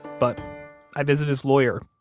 but i visit his lawyer,